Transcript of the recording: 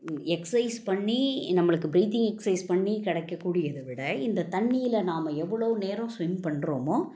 exercise பண்ணி நம்மளுக்கு breathing exercise பண்ணி கிடைக்கக்கூடியதை விட இந்த தண்ணியில் நாம் எவ்வளோ நேரம் ஸ்விம் பண்ணுறோமோ